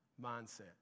mindset